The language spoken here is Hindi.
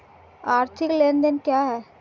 आर्थिक लेनदेन क्या है?